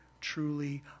truly